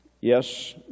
Yes